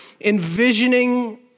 envisioning